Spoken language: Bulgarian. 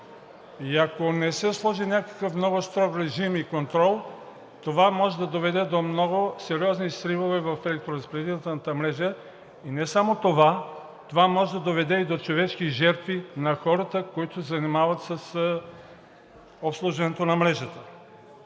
И ако не се сложи някакъв много строг режим и контрол, това може да доведе до много сериозни сривове в електроразпределителната мрежа, и не само това, това може да доведе и до човешки жертви на хората, които се занимават с обслужването на мрежата.